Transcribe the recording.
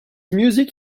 music